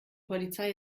polizei